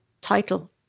title